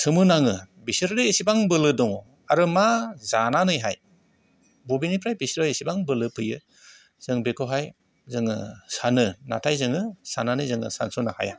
सोमो नाङो बिसोरदि एसेबां बोलो दङ आरो मा जानानैहाय बबेनिफ्राय बिसोर एसेबां बोलो फैयो जों बेखौहाय जोङो सानो नाथाय जोङो साननानै सानस'नो हाया